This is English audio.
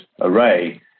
array